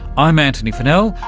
i'm antony funnell,